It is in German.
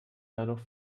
dadurch